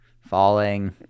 falling